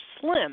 slim